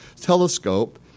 telescope